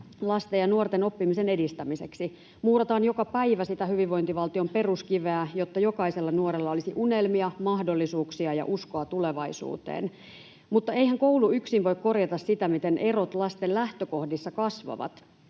lasten ja nuorten oppimisen edistämiseksi, muurataan joka päivä sitä hyvinvointivaltion peruskiveä, jotta jokaisella nuorella olisi unelmia, mahdollisuuksia ja uskoa tulevaisuuteen. Mutta eihän koulu yksin voi korjata sitä, miten erot lasten lähtökohdissa kasvavat